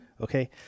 Okay